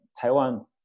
Taiwan